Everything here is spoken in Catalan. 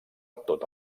tota